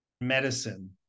medicine